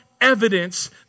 evidence